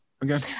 again